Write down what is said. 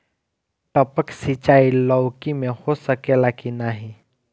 टपक सिंचाई लौकी में हो सकेला की नाही?